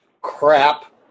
crap